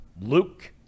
Luke